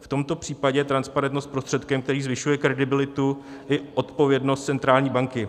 V tomto případě je transparentnost prostředkem, který zvyšuje kredibilitu i odpovědnost centrální banky.